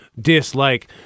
dislike